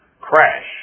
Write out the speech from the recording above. crash